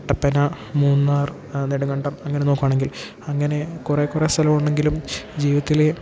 കട്ടപ്പന മൂന്നാറ് നെടുങ്ങണ്ടം അങ്ങനെ നോക്കുവാണെങ്കിൽ അങ്ങനെ കുറെ കുറെ സ്ഥലം ഉണ്ടെങ്കിലും ജീവിതത്തിൽ